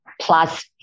plus